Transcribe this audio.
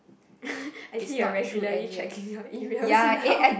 I see you're regularly checking your emails now